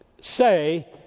say